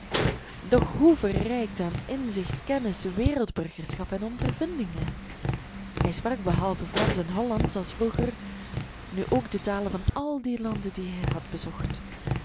doch hoe verrijkt aan inzicht kennis wereldburgerschap en ondervindingen hij sprak behalve fransch en hollandsch als vroeger nu ook de talen van al die landen die hij had bezocht